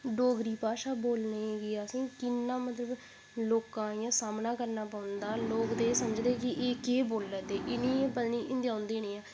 डोगरी भाशा बोलने गी असें ई किन्ना मतलब लोकां दा सामना करना पौंदा ऐ लोक ते एह् समझदे कि एह् केह् बोल्लै दे इ'नें ई पता निं हिंदी औंदी नेईं ऐ